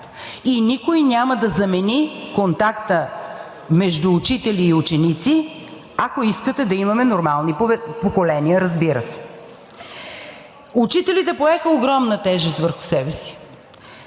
и никой няма да замени контакта между учители и ученици, ако искате да имаме нормални поколения, разбира се. Учителите поеха огромна тежест върху себе си.